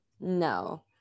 No